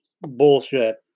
Bullshit